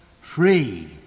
Free